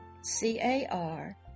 C-A-R